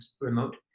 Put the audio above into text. remote